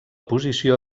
posició